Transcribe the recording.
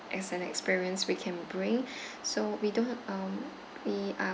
as an experience we can bring so we don't um we are